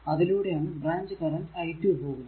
അതിലൂടെ ആണ് branch current i2 പോകുന്നത്